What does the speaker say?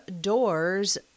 Doors